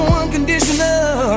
unconditional